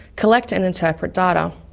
collect and interpret data.